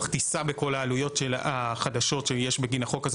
תישא בכל העלויות החדשות שיש בגין החוק הזה,